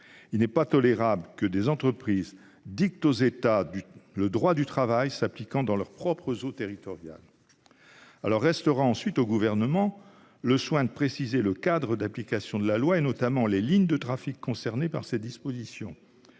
Il n'est pas tolérable que des entreprises dictent aux États le droit du travail s'appliquant dans leurs propres eaux territoriales. Restera ensuite au Gouvernement le soin de préciser le cadre d'application de la loi, et notamment les lignes de trafic concernées par ses dispositions.